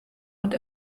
und